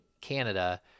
Canada